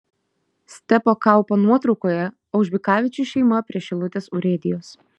stepo kaupo nuotraukoje aužbikavičių šeima prie šilutės urėdijos